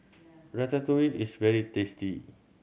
ratatouille is very tasty